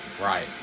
Right